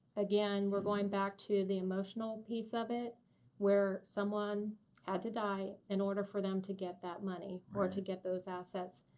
again, we're going back to the emotional piece of it where someone had to die in order for them to get that money or to get those assets,